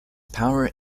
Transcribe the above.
power